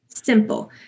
Simple